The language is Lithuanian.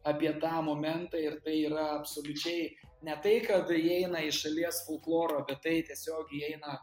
apie tą momentą ir tai yra absoliučiai ne tai kad įeina į šalies folklorą bet tai tiesiog įeina